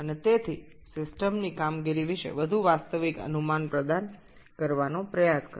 এবং তারফলে সিস্টেমের কার্যকারিতা সম্পর্কে আরও বাস্তবিক ধারণা দেওয়ার চেষ্টা করে